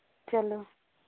चलो